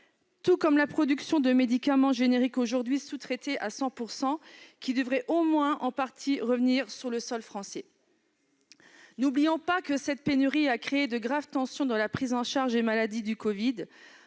tout comme la production de médicaments génériques, aujourd'hui sous-traitée à 100 % et qui devrait, au moins en partie, être relocalisée sur le sol français. N'oublions pas que cette pénurie a créé de graves tensions lors de la prise en charge des maladies liées au Covid.